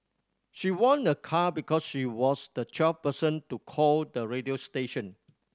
she won a car because she was the twelfth person to call the radio station